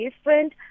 different